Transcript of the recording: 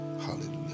Hallelujah